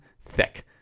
thick